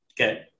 Okay